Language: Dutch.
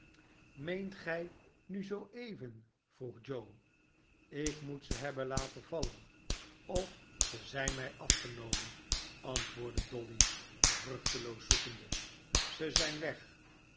meent gij nu zoo even vroeg joe ik moet ze hebben laten vallen of ze zijn mij afgenomen antwoordde dolly vruchteloos zoekende ze zijn weg